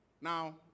Now